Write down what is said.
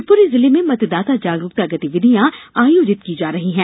शिवपुरी जिले में मतदाता जागरूकता गतिविधियां आयोजित की जा रही हैं